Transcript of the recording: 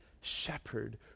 shepherd